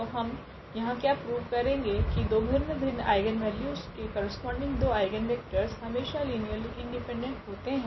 तो हम यहाँ क्या प्रूव करेगे की दो भिन्न भिन्न आइगनवेल्यूस के करस्पोंडिंग दो आइगनवेक्टरस हमेशा लीनियरली इंडिपेंडेंट होते है